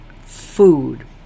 Food